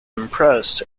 impressed